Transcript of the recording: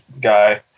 guy